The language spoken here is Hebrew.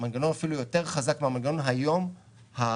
מנגנון אפילו יותר חזק מהמנגנון היום הקיים.